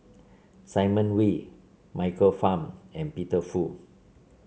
Simon Wee Michael Fam and Peter Fu